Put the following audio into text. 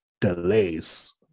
delays